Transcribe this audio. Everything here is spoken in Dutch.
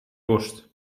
worst